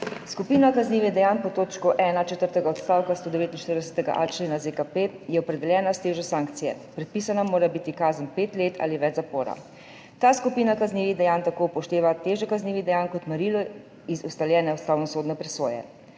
»Skupina kaznivih dejanj pod točko 1 četrtega odstavka 149.a člena ZKP je opredeljena s težo sankcije; predpisana mora biti kazen pet let ali več zapora. Ta skupina kaznivih dejanj tako upošteva težo kaznivih dejanj kot merilo iz ustaljene ustavnosodne presoje.